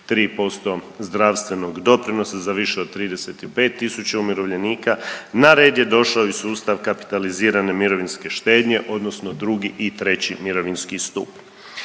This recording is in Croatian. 3% zdravstvenog doprinosa za više od 35 tisuća umirovljenika, na red je došao i sustav kapitalizirane mirovinske štednje odnosno 2. i 3. mirovinski stup.